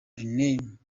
rename